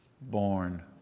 Born